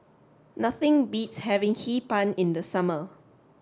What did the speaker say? nothing beats having Hee Pan in the summer